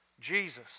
Jesus